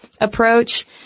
approach